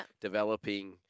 developing